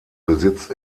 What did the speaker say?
besitzt